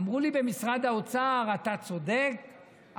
אמרו לי במשרד האוצר: אתה צודק,